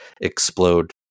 explode